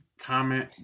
comment